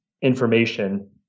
information